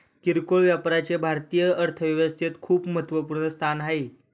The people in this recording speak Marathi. किरकोळ व्यापाराचे भारतीय अर्थव्यवस्थेत खूप महत्वपूर्ण स्थान आहे